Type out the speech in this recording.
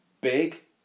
big